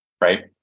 right